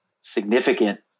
significant